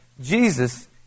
Jesus